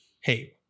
hey